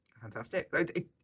Fantastic